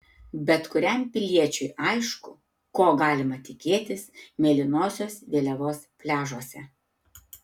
bet kuriam piliečiui aišku ko galima tikėtis mėlynosios vėliavos pliažuose